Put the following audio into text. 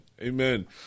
amen